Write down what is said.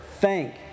thank